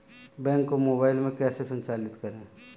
Bank को mobile में कैसे संचालित करें?